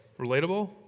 relatable